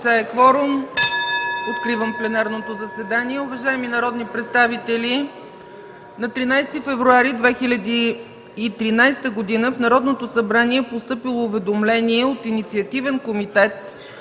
Откривам пленарното заседание.